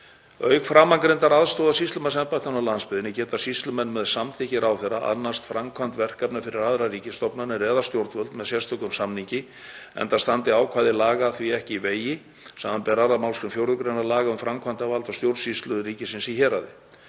Auk framangreindrar aðstoðar sýslumannsembættanna á landsbyggðinni geta sýslumenn með samþykki ráðherra annast framkvæmd verkefna fyrir aðrar ríkisstofnanir eða stjórnvöld með sérstökum samningi enda standi ákvæði laga því ekki í vegi, samanber 2. mgr. 4. gr. laga um framkvæmdarvald og stjórnsýslu ríkisins í héraði.